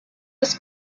his